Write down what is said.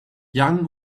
young